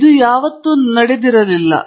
ಇದು ಯಾವತ್ತೂ ನಡೆದಿರಲಿಲ್ಲ